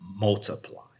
multiply